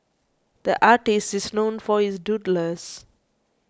the artist is known for his doodles